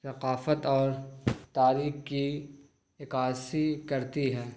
ثقافت اور تاریخ کی عکاسی کرتی ہے